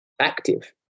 active